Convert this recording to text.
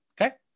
Okay